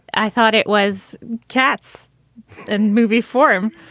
i thought it was cats and movie for him.